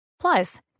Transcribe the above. Plus